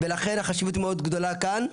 ולכן החשיבות מאוד גדולה כאן.